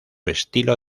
estilo